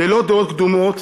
לא דעות קדומות.